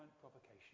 provocation